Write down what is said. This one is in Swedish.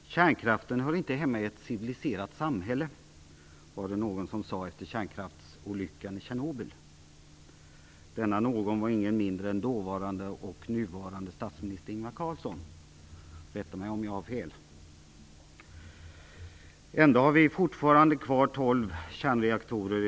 Herr talman! Kärnkraften hör inte hemma i ett civiliserat samhälle, var det någon som sade efter kärnkraftsolyckan i Tjernobyl. Denna någon var ingen mindre än dåvarande och nuvarande statsminister Ingvar Carlsson. Rätta mig om jag har fel. Ändå har vi i dag fortfarande kvar tolv kärnreaktorer.